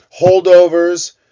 Holdovers